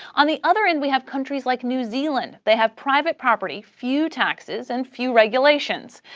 on the other end, we have countries like new zealand they have private property, few taxes, and few regulations.